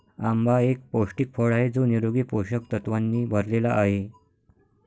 आंबा एक पौष्टिक फळ आहे जो निरोगी पोषक तत्वांनी भरलेला आहे